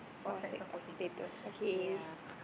four six of status okay